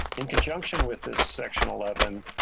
in conjunction with this section eleven.